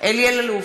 אלי אלאלוף,